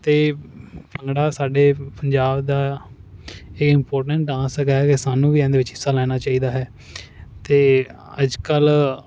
ਅਤੇ ਭੰਗੜਾ ਸਾਡੇ ਪੰਜਾਬ ਦਾ ਇਹ ਇੰਪੋਟੈਂਟ ਡਾਂਸ ਹੈਗਾ ਇਹ ਸਾਨੂੰ ਵੀ ਇਹਦੇ ਵਿੱਚ ਹਿੱਸਾ ਲੈਣਾ ਚਾਹੀਦਾ ਹੈ ਅਤੇ ਅੱਜ ਕੱਲ੍ਹ